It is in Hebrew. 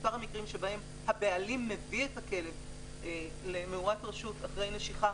מספר המקרים שבהם הבעלים מביא את הכלב למאורת רשות אחרי נשיכה,